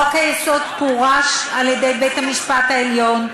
חוק-היסוד פורש על-ידי בית-המשפט העליון.